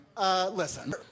Listen